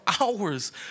hours